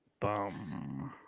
Bum